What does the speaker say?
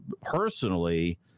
personally